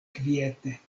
kviete